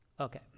Okay